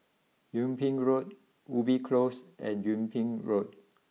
Yung Ping Road Ubi close and Yung Ping Road